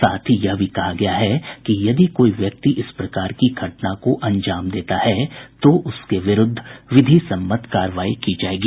साथ ही यह भी कहा गया है कि यदि कोई व्यक्ति इस प्रकार की घटना को अंजाम देता है तो उसके विरूद्व विधि सम्मत कार्रवाई की जायेगी